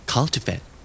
Cultivate